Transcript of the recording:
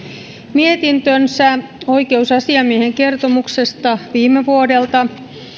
mietintönsä oikeusasiamiehen kertomuksesta viime vuodelta